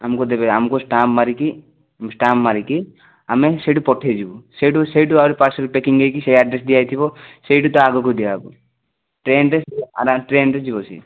ଆମକୁ ଦେବେ ଆମକୁ ଷ୍ଟାମ୍ପ ମାରିକି ଷ୍ଟାମ୍ପ ମାରିକି ଆମେ ସେଇଠି ପଠାଇଯିବୁ ସେଇଠୁ ସେଇଠୁ ପାର୍ଶଲ୍ ଟେକିକି ନେଇକି ସେଇ ଆଡ଼୍ରେସ୍ ଦିଆ ହେଇଥିବ ସେଇଠୁ ତା'ଆଗକୁ ଦିଆ ହବ ଟ୍ରେନରେ ଟ୍ରେନରେ ଯିବ ସିଏ